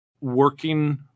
working